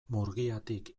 murgiatik